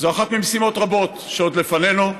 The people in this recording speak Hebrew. זו אחת ממשימות רבות שעוד לפנינו,